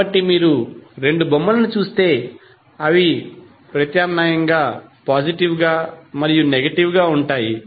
కాబట్టి మీరు రెండు బొమ్మలను చూస్తే అవి ప్రత్యామ్నాయంగా పాజిటివ్ గా మరియు నెగటివ్ గా ఉంటాయి